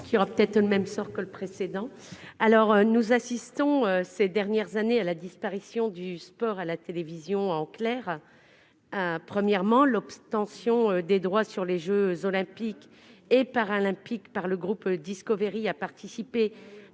connaîtra le même sort que le précédent ! Nous assistons ces dernières années à la disparition du sport à la télévision en clair. Premièrement, l'obtention des droits sur les jeux Olympiques et Paralympiques par le groupe Discovery a participé